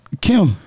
Kim